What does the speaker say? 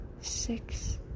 six